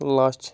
لَچھ